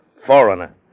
Foreigner